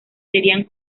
serían